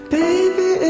baby